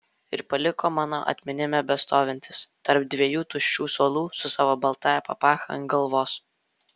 ir paliko mano atminime bestovintis tarp dviejų tuščių suolų su savo baltąja papacha ant galvos